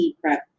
prep